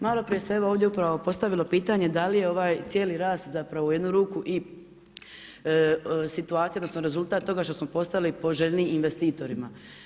Malo prije se evo ovdje upravo postavilo pitanje da li je ovaj cijeli rast zapravo u jednu ruku i situacija, odnosno rezultat toga što smo postali poželjni investitorima.